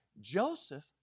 Joseph